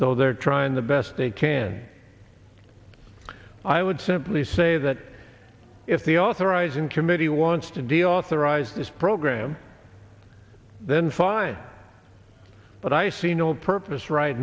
though they're trying the best they can i would simply say that if the authorizing committee wants to deal authorize this program then fine but i see no purpose right